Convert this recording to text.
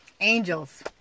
Angels